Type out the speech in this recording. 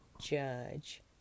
judge